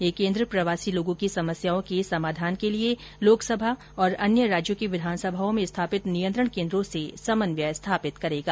ये केन्द्र प्रवासी लोगों की समस्याओं के समाधान के लिए लोकसभा और अन्य राज्यों की विधानसभाओं में स्थापित नियंत्रण केन्द्रों से समन्वय स्थापित करेगा